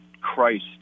Christ